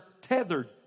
tethered